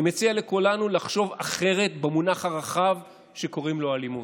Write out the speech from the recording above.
אני מציע לכולנו לחשוב אחרת על המונח הרחב שקוראים לו אלימות,